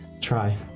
Try